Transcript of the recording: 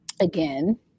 Again